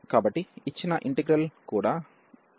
కాబట్టి ఇచ్చిన ఇంటిగ్రల్ కూడా కన్వెర్జ్ అవుతుంది